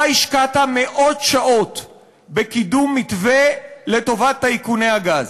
אתה השקעת מאות שעות בקידום מתווה לטובת טייקוני הגז.